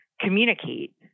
communicate